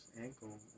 ankle